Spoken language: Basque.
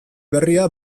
berria